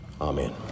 Amen